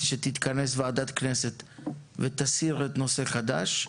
הראשון, שתתכנס ועדת הכנסת ותסיר את הנושא החדש.